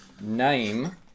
Name